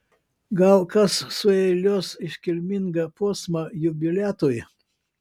gal kas sueiliuos iškilmingą posmą jubiliatui